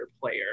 player